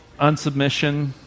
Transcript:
unsubmission